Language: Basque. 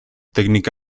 teknika